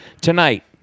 tonight